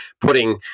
putting